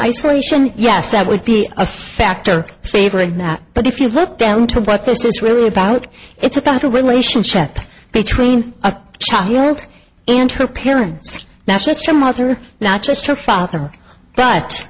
isolation yes that would be a factor favoring that but if you look down to but this is really about it's about the relationship between a child and her parents that's just a mother not just her father but